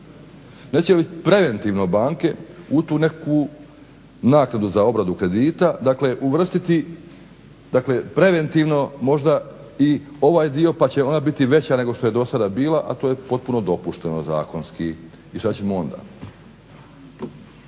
Neće li preventivno banke u tu nekakvu naknadu za obradu kredita uvrstiti preventivno možda i ovaj dio pa će ona biti veća nego što je do sada bila, a to je potpuno dopušteno zakonski. I šta ćemo onda?